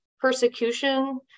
persecution